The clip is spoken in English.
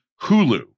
Hulu